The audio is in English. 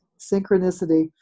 synchronicity